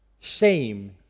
shame